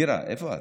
נירה, איפה את?